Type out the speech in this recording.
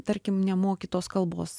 tarkim nemoki tos kalbos